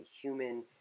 human